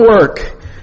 work